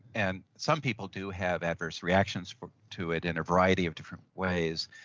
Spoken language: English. and some people do have adverse reactions to it in a variety of different ways,